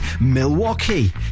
Milwaukee